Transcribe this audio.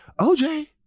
OJ